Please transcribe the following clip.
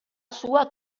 sua